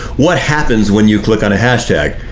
what happens when you click on a hashtag?